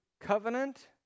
covenant